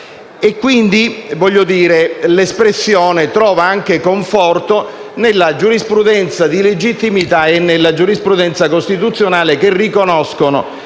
tale. L'espressione pertanto trova anche conforto nella giurisprudenza di legittimità e nella giurisprudenza costituzionale che riconoscono